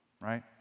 right